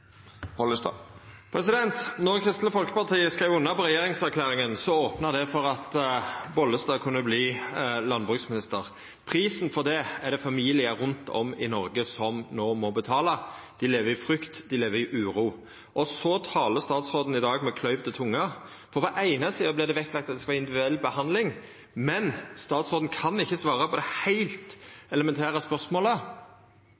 Kristeleg Folkeparti skreiv under på regjeringserklæringa, opna det for at Bollestad kunne verta landbruksminister. Prisen for det er det familiar rundt om i Noreg som no må betala. Dei lever i frykt, dei lever i uro. Så talar statsråden i dag med kløyvd tunge. Det einaste det vart lagt vekt på, var at det skulle vera individuell behandling, men statsråden kan ikkje svara på det